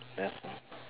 that's all